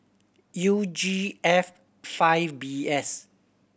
U G F five B S